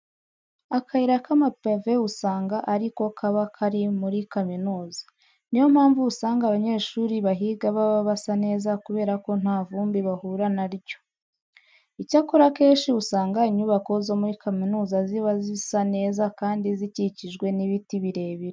Akayira k'amapave usanga ari ko kaba kari muri kaminuza, niyo mpamvu usanga abanyeshuri bahiga baba basa neza kubera ko nta vumbi bahura na ryo. Icyakora akenshi usanga inyubako zo muri kaminuza ziba zisa neza kandi zikikijwe n'ibiti birebire.